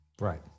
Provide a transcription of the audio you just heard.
Right